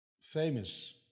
famous